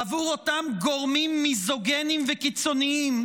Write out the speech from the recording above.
בעבור אותם גורמים מיזוגיניים וקיצוניים,